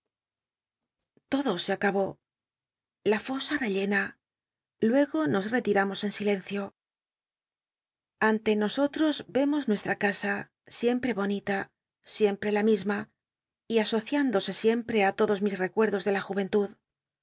l'odo se acabó la fosa tellcna luego nos rclitamos en silencio ante nosotros remos nuestra casa siempre bonita siempre la misma y asoci indose siempre á lodos mis tecuetdos de la jmenlud